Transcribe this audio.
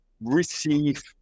receive